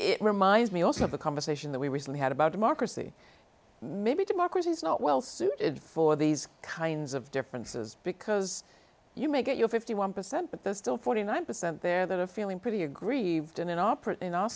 it reminds me also of the conversation that we recently had about democracy maybe democracy is not well suited for these kinds of differences because you make it your fifty one percent but there's still forty nine percent there that are feeling pretty aggrieved in an opera